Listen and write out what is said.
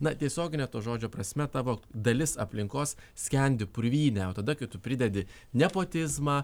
na tiesiogine to žodžio prasme ta va dalis aplinkos skendi purvyne o tada kai tu pridedi nepotizmą